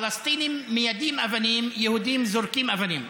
פלסטינים מיידים אבנים, יהודים זורקים אבנים.